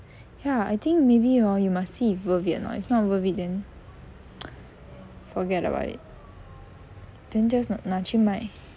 ya I think maybe hor you must see if worth it or not if not worth it then forget about it then just 拿拿去卖